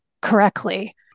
correctly